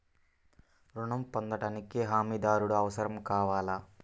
ఋణం పొందటానికి హమీదారుడు అవసరం కావాలా?